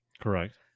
Correct